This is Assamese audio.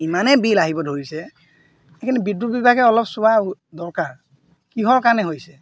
ইমানেই বিল আহিব ধৰিছে সেইখিনি বিদ্যুৎ বিভাগে অলপ চোৱা দৰকাৰ কিহৰ কাৰণে হৈছে